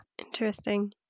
Interesting